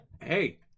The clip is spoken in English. Hey